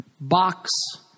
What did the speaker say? box